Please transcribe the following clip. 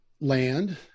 land